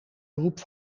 beroep